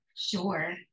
Sure